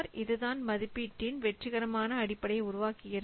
இதுதான் மதிப்பீட்டின் வெற்றிக்கான அடிப்படையை உருவாக்குகிறது